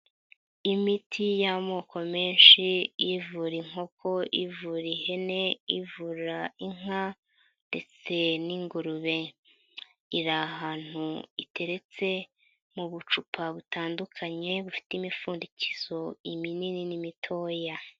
Imiti y'amoko menshi, iyivura inkoko, ivura ihene, ivura inka ndetse n'ingurube. Iri ahantu iteretse mu bucupa butandukanye bufite imipfundikizo iminini n'imitoya.